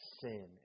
sin